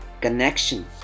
connection